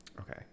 Okay